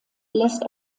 lässt